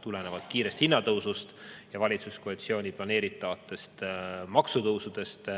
tulenevalt kiirest hinnatõusust ja valitsuskoalitsiooni planeeritavatest maksutõusudest